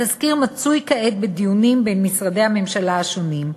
התזכיר מצוי כעת בדיונים בין משרדי הממשלה השונים.